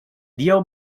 neo